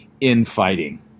infighting